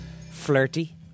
flirty